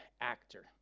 actor